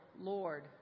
Lord